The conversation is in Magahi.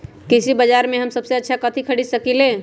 कृषि बाजर में हम सबसे अच्छा कथि खरीद सकींले?